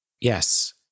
Yes